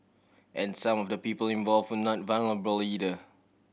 and some of the people involve would not vulnerable either